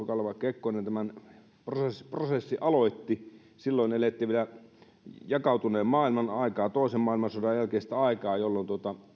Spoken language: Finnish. kaleva kekkonen tämän prosessin prosessin aloitti silloin elettiin vielä jakautuneen maailman aikaa toisen maailmansodan jälkeistä aikaa jolloin